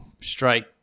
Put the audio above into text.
strike